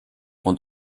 und